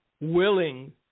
willing